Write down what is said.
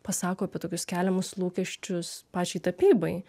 pasako apie tokius keliamus lūkesčius pačiai tapybai